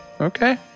Okay